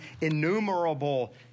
innumerable